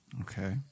okay